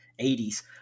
80s